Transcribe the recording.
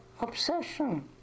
obsession